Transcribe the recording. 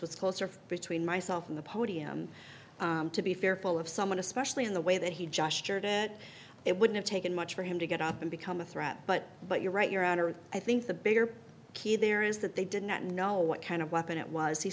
was closer between myself and the podium to be fearful of someone especially in the way that he gestured it it would have taken much for him to get up and become a threat but but you're right your honor i think the bigger key there is that they did not know what kind of weapon it was he